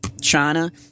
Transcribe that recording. China